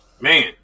man